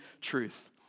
truth